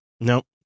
Nope